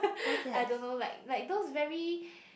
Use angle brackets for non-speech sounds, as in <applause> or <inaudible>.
<breath> I don't know like like those very